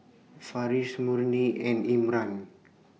Farish Murni and Imran